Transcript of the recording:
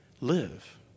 live